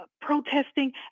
protesting